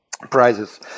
prizes